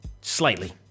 Slightly